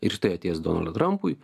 ir štai atėjus donaldui trampui